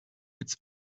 its